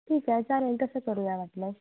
ठीक आहे चालेल तसं करू या वाटल्यास